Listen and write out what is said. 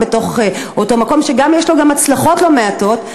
לאותו מקום שגם יש לו הצלחות לא מעטות.